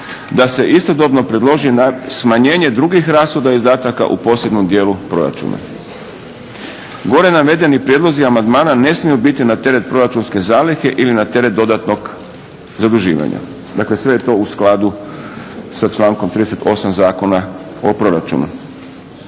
da se istodobno predloži na smanjenje drugih rashoda i izdataka u posebnom dijelu proračuna. Gore navedeni prijedlozi amandmana ne smiju biti na teret proračunske zalihe ili na teret dodatnog zaduživanja. Dakle, sve je to u skladu sa člankom 38. Zakona o proračunu.